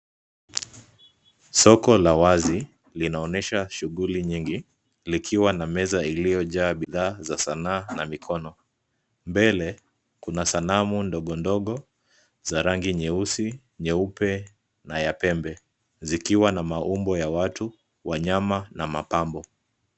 Soko la wazi linaonyesha shughuli nyingi likiwa na meza iliyojaa bidhaa za sanaa na mikono. Mbele kuna sanamu ndogo ndogo za rangi nyeusi, nyeupe na ya pembe zikiwa na maumbo ya watu, wanyama na mapambo.